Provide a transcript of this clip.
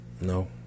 no